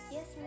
Yes